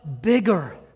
bigger